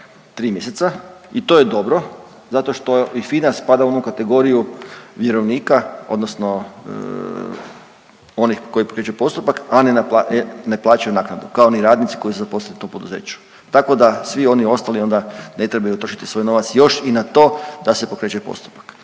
tri mjeseca i to je dobro zato što i FINA spada u onu kategoriju vjerovnika odnosno onih koji pokreću postupak, a ne plaćaju naknadu kao ni radnici koji su zaposleni u tom poduzeću. Tako da svi oni ostali onda ne trebaju trošiti svoj novac još i na to da se pokreće postupak,